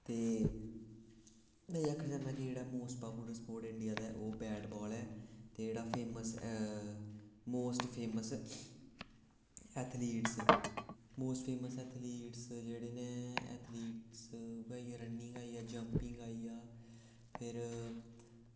ते एह् में आक्खना चाह्ना कि जेह्ड़ा मोस्ट पॉपूलर स्पोर्ट इंडिया दा ओह् बैट बाल ऐ ते जेह्ड़ा famous most famous athletes most famous athletes जेह्ड़े न एथलीट्स उऐ रनिंग आइया जम्पिंग आइया फिर